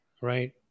Right